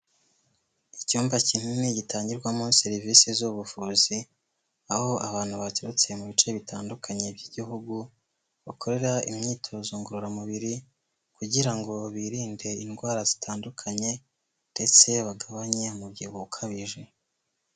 Icyumba kinini gitangirwamo serivisi z'ubuvuzi, aho abantu baturutse mu bice bitandukanye by'igihugu bakorera imyitozo ngororamubiri, kugira ngo birinde indwara zitandukanye ndetse bagabanye umubyibuho ukabije.